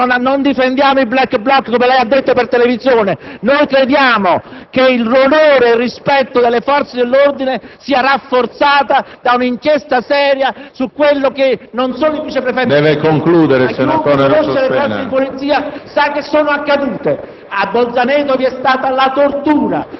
senatore Storace, le forze dell'ordine; non facciamo propaganda; non difendiamo i *black bloc*, come lei ha detto per televisione. Noi crediamo che l'onore ed il rispetto delle forze dell'ordine siano rafforzati da un'inchiesta seria su quello che non solo il vice prefetto**,** ma chiunque conosce le forze di polizia